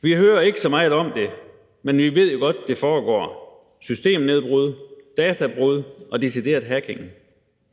Vi hører ikke så meget om det, men vi ved jo godt, det foregår: systemnedbrud, databrud og decideret hacking.